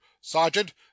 sergeant